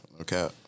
okay